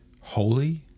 holy